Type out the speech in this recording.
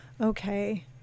Okay